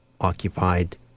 occupied